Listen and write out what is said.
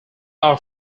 are